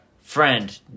Friend